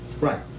right